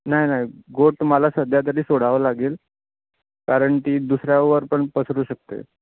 नाही नाही गोड मला सध्या तरी सोडावं लागेल कारण ती दुसऱ्यावर पण पसरू शकते